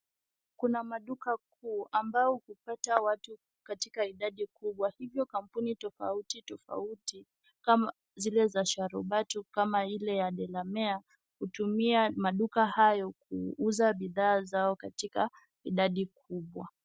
Kuna maduka kuu ambao ukipata watu katika idadi kubwa, kwa hivyo kampuni tofauti tofauti kama zile za sharubati, kama vile ya Delamere hutumia maduka hayo kuuza bidhaa zao katika idadi kubwa.